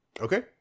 Okay